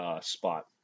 spot